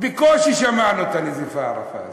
בקושי שמענו את הנזיפה הרפה הזאת.